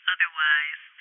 Otherwise